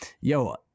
yo